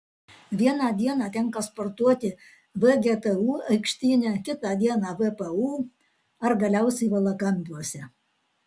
vieną dieną tenka sportuoti vgtu aikštyne kita dieną vpu ar galiausiai valakampiuose